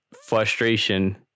frustration